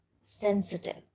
sensitive